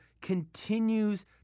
continues